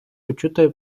почути